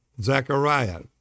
Zechariah